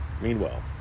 Meanwhile